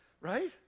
right